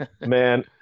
man